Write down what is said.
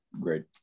great